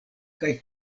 kaj